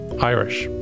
Irish